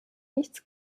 nichts